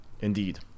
indeed